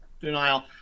denial